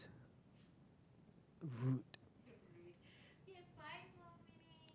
rude